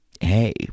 hey